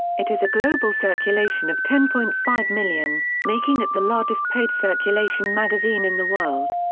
it has a global circulation of ten point five million, making it the largest paid circulation magazine in the world.